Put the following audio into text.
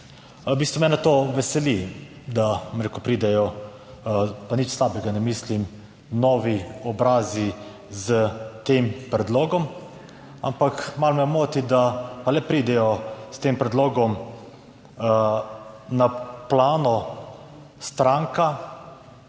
V bistvu mene to veseli, da, bom rekel, pridejo pa nič slabega ne mislim, novi obrazi s tem predlogom, ampak malo me moti, da pa le pridejo s tem predlogom, na plano, stranka,